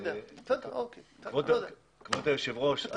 כבוד היושב ראש,